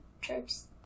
trips